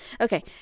Okay